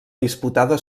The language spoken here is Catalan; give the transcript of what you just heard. disputada